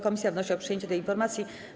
Komisja wnosi o przyjęcie tej informacji.